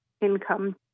income